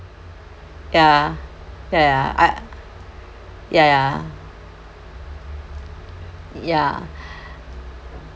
ya ya ya I ya ya ya